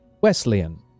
Wesleyan